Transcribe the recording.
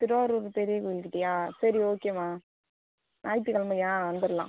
திருவாரூர் பெரிய கோயில்கிட்டேயா சரி ஓகேம்மா ஞாயிற்றுக்கெழமையா வந்துடலாம்